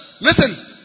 listen